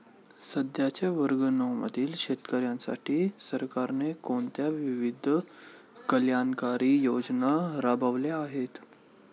सध्याच्या वर्ग नऊ मधील शेतकऱ्यांसाठी सरकारने कोणत्या विविध कल्याणकारी योजना राबवल्या आहेत?